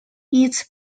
its